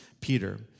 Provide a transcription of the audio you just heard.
Peter